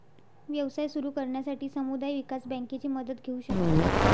व्यवसाय सुरू करण्यासाठी समुदाय विकास बँकेची मदत घेऊ शकता